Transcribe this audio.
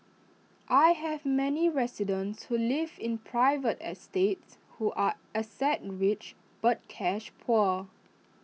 I have many residents who live in private estates who are asset rich but cash poor